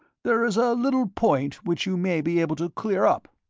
there is a little point which you may be able to clear up.